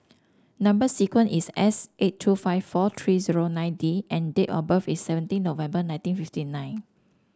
number sequence is S eight two five four three zero nine D and date of birth is seventeen November nineteen fifty nine